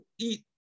eat